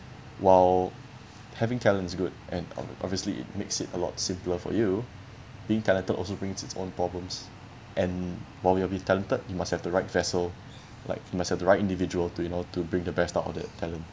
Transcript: while having talent's good and obviously it makes it a lot simpler for you being talented also brings its own problems and while you'll be talented you must have the right vessel like you must have the right individual to you know to bring the best out of that talent